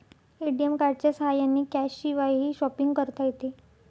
ATM कार्डच्या साह्याने कॅशशिवायही शॉपिंग करता येते